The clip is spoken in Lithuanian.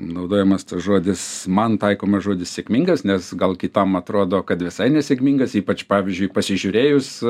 naudojamas tas žodis man taikomas žodis sėkmingas nes gal kitam atrodo kad visai nesėkmingas ypač pavyzdžiui pasižiūrėjus